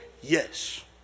Yes